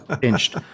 pinched